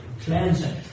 cleansing